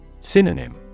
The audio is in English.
Synonym